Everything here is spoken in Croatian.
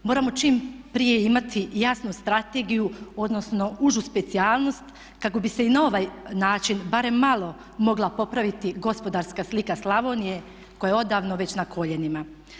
Moramo čim prije imati jasnu strategiju odnosno užu specijalnost kako bi se i na ovaj način barem malo mogla popraviti gospodarska slika Slavonije koja je odavno već na koljenima.